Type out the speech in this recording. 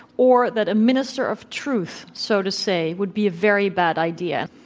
or that a minister of truth, so to say, would be a very bad idea,